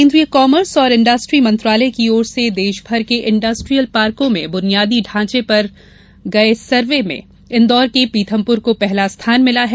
केंद्रीय कॉमर्स और इंडस्ट्री मंत्रालय की ओर से देशमर के इंडस्ट्रियल पार्को में बुनियादी ढांचे पर गये सर्वे में इन्दौर के पीथमपुर को पहला स्थान मिला है